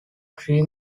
three